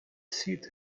seat